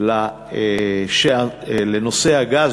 לנושא הגז,